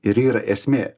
ir yra esmė